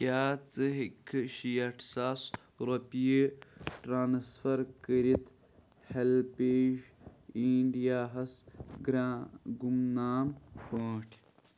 کیٛاہ ژٕ ہیٚککھٕ شیٹھ ساس رۄپیہِ ٹرانسفر کٔرِتھ ہیٚلپیج اِنٛڈیاہَس گرٛا گُمنام پٲٹھۍ